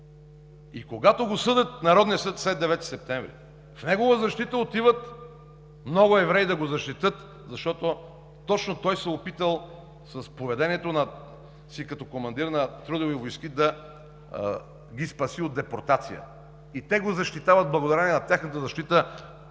И когато го съди Народният съд след 9 септември, в негова защита отиват много евреи да го защитят, защото точно той се е опитал с поведението си като командир на Трудови войски да ги спаси от депортация и те го защитават. Благодарение на тяхната защита